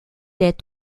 est